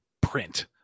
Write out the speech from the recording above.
print